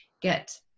get